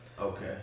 Okay